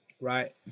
Right